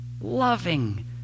loving